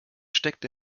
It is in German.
steckt